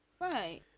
Right